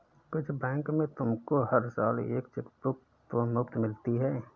कुछ बैंक में तुमको हर साल एक चेकबुक तो मुफ़्त मिलती है